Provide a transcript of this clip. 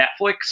Netflix